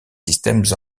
systèmes